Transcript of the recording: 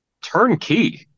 turnkey